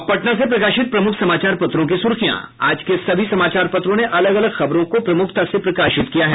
अब पटना से प्रकाशित प्रमुख समाचार पत्रों की सुर्खियां आज के सभी समाचार पत्रों ने अलग अलग खबरों को प्रमुखता से प्रकाशित किया है